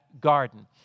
garden